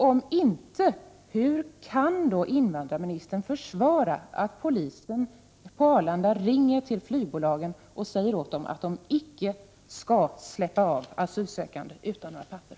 Om inte, hur kan invandrarministern försvara att polisen på Arlanda ringer till flygbolagen och säger åt dem att de icke skall släppa av asylsökande utan papper?